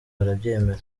barabyemera